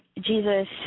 Jesus